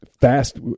fast